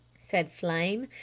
said flame.